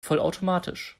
vollautomatisch